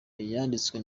yanditswe